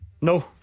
No